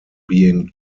being